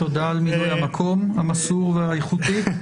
תודה על מילוי המקום המסור והאיכותי.